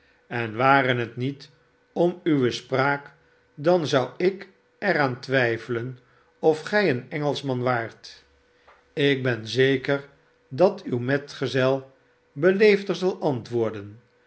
en ware het niet om uwe spraak dan zou ik er aan twijfelen of gij een engelschman waart ik ben zeker dat uw metgezel beleefder zal antwoorden